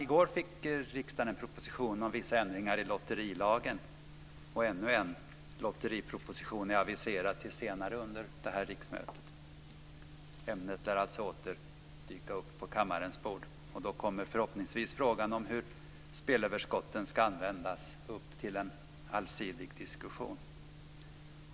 I går fick riksdagen en proposition om vissa ändringar i lotterilagen, och ännu en lotteriproposition är aviserad till senare under riksmötet. Ämnet lär alltså åter dyka upp på kammarens bord, och då kommer förhoppningsvis frågan om hur spelöverskotten ska användas upp till en allsidig diskussion.